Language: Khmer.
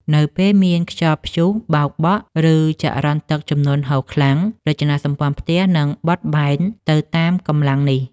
នៅពេលមានខ្យល់ព្យុះបោកបក់ ឬចរន្តទឹកជំនន់ហូរខ្លាំង រចនាសម្ព័ន្ធផ្ទះនឹងបត់បែនទៅតាមកម្លាំងនោះ។